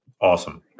Awesome